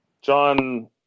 John